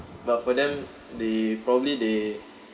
but for them they probably they